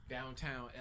downtown